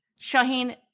Shaheen